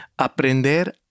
Aprender